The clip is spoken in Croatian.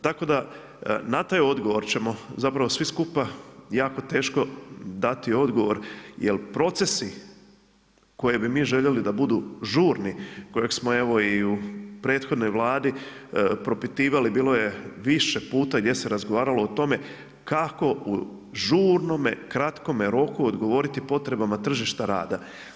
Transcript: Tako da na taj odgovor ćemo zapravo svi skupa jako teško dati odgovor jer procesi koje bi mi željeli da budu žurni, kojeg smo evo i u prethodnoj Vladi propitivali, bilo je više puta gdje se razgovaralo o tome kako u žurnome, kratkome roku odgovoriti potrebama tržišta rada.